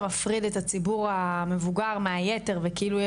מפריד את הציבור המבוגר מהיתר וכאילו,